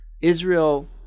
Israel